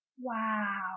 Wow